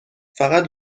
فقط